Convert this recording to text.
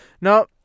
Now